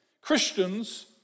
Christians